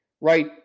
right